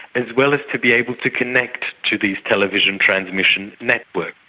as well as to be able to connect to these television transmission networks.